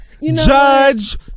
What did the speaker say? judge